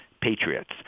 patriots